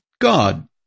God